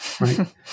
right